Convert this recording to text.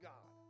God